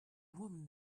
woman